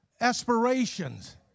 aspirations